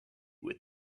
with